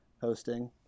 hosting